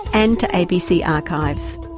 and to abc archives